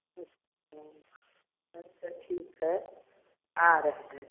अच्छा अच्छा ठीक है हाँ रख दें अच्छा